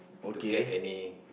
to get any